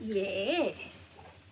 yes